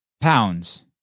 pounds